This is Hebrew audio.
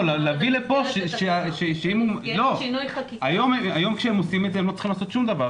להביא לפה --- היום כשהם עושים את זה הם לא צריכים לעשות שום דבר,